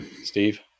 Steve